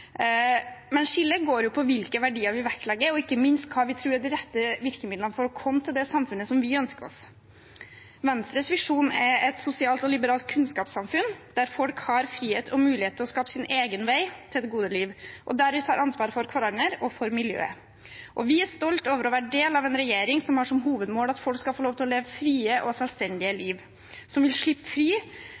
Men skillet går jo på hvilke verdier vi vektlegger, og ikke minst hva vi tror er de rette virkemidlene for å komme til det samfunnet vi ønsker oss. Venstres visjon er et sosialt og liberalt kunnskapssamfunn der folk har frihet og mulighet til å skape sin egen vei til det gode liv, og der vi tar ansvar for hverandre og for miljøet. Vi er stolte over å være en del av en regjering som har som hovedmål at folk skal få lov til å leve et fritt og selvstendig liv, som vil slippe fri